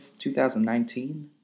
2019